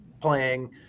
playing